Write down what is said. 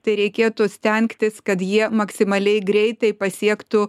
tai reikėtų stengtis kad jie maksimaliai greitai pasiektų